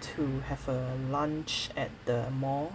to have a lunch at the mall